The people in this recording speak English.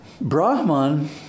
Brahman